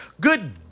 Good